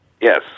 Yes